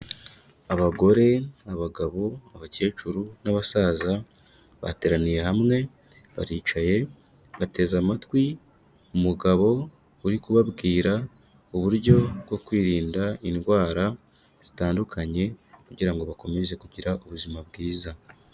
Abagore, abagabo, abakecuru n'abasaza bateraniye hamwe baricaye bateze amatwi umugabo uri kubabwira uburyo bwo kwirinda indwara zitandukanye, kugira ngo bakomeze kugira ubuzima bwiza.